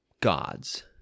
gods